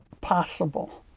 possible